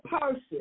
person